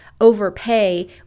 overpay